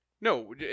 No